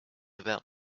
about